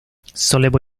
sollevò